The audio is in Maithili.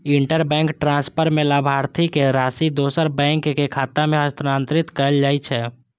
इंटरबैंक ट्रांसफर मे लाभार्थीक राशि दोसर बैंकक खाता मे हस्तांतरित कैल जाइ छै